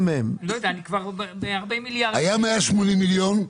180 מיליון,